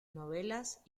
novelas